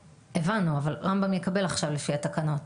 הבנו, אבל רמב"ם יקבל עכשיו לפי התקנות.